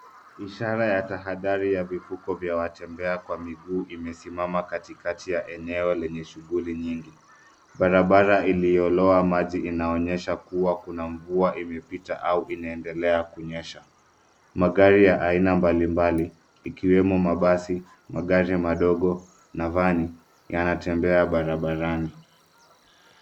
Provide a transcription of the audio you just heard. Ishara ya tahadhari ya vifuko vya watembea kwa miguu imesimama katikati ya eneo lenye shughuli nyingi. Barabara iliyoloa maji inaonyesha kuna mvua imepita au inaendelea kunyesha. Magari ya aina mbalimbali ikiwemo mabasi, magari madogo na van yanatembea barabarani.